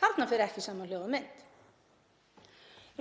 Þarna fer ekki saman hljóð og mynd.